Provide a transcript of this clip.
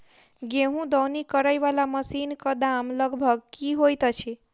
गेंहूँ दौनी करै वला मशीन कऽ दाम लगभग की होइत अछि?